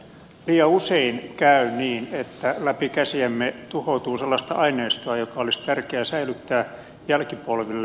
liian usein käy niin että läpi käsiemme tuhoutuu sellaista aineistoa joka olisi tärkeää säilyttää jälkipolville